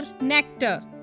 nectar